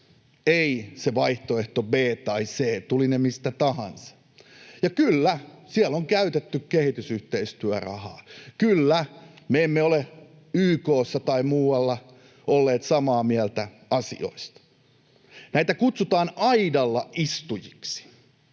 Ei se vaihtoehto b tai c, tulivat ne mistä tahansa. Ja kyllä, siellä on käytetty kehitysyhteistyörahaa. Kyllä, me emme ole YK:ssa tai muualla olleet samaa mieltä asioista. Näitä kutsutaan aidalla istujiksi.